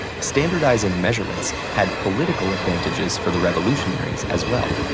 standardizing measurements had political advantages for the revolutionaries as well.